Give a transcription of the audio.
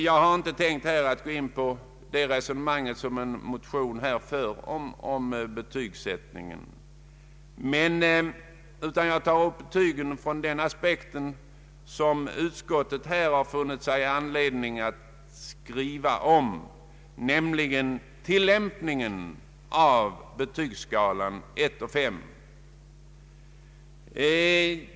Jag har inte tänkt gå in på det resonemang om betygsättningen som förs i en motion. Jag tar upp betygen från den aspekt ur vilken utskottet funnit anledning att skriva om dem, nämligen tillämpningen av betygsskalan 1—5.